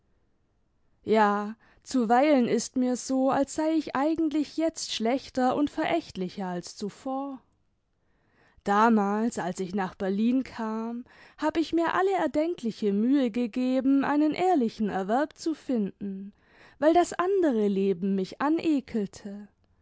ja zuweilen ist mir so als sei ich eigentlich jetzt schlechter und verächtlicher als zuvor damals als ich nach berlin kam hab ich mir alle erdenkliche mühe gegeben einen ehrlichen erwerb zu finden weil das andere leben mich anekelte